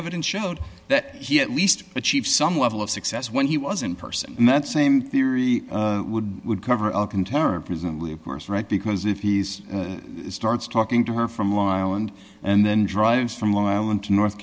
evidence showed that he at least achieve some level of success when he was in person met same theory would would cover up in terror presumably of course right because if he's starts talking to her from long island and then drives from long island to north